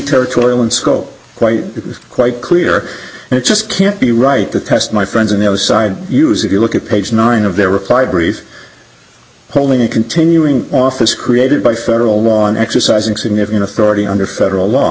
territorial and so oh quite quite clear and it just can't be right the test my friends and no side use if you look at page nine of their reply brief holding a continuing office created by federal law on exercising significant authority under federal law